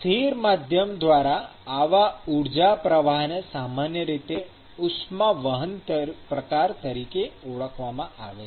સ્થિર માધ્યમ દ્વારા આવા ઊર્જા પ્રવાહને સામાન્ય રીતે ઉષ્માવહન પ્રકાર તરીકે ઓળખવામાં આવે છે